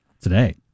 today